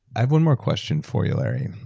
i have one more question for you larry.